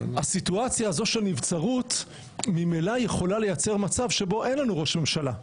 הסיטואציה הזו של נבצרות ממילא יכולה לייצר מצב שבו אין לנו ראש ממשלה,